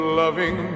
loving